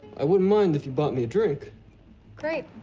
i wouldn't mind if you bought me a drink great.